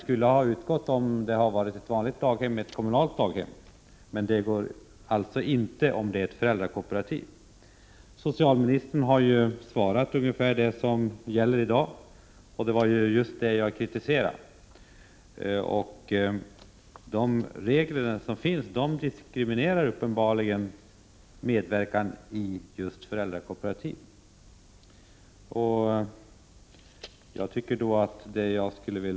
1988/89:19 föräldrapenning skulle ha utgått om det hade varit fråga om ett kommunalt 8 november 1988 daghem men inte när det är fråga om ett föräldrakooperativ. ri Socialministern har redogjort för det som gäller i dag, men det var ju detta Om Wdrapensing z 3 ag Es d AEA vid medverkan i förjag kritiserade. De regler som gäller innebär uppenbarligen en diskrimine => é F RU LG : On .— äldrakooperativt dagring av föräldrar som medverkar i föräldrakooperativ.